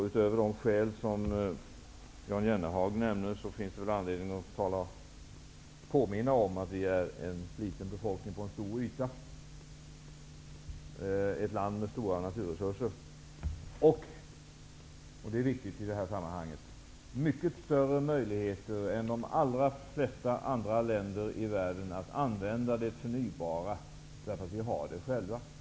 Utöver de skäl som Jan Jennehag nämner till vår ledande position finns det väl anledning att påminna om att vi är en liten befolkning på en stor yta, att Sverige är ett land med stora naturresurser och -- och det är viktigt i det här sammanhanget -- att vi har mycket större möjligheter än de allra flesta andra länder i världen att, om vi vill, använda det förnybara, eftersom vi har det själva.